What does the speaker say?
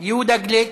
יהודה גליק,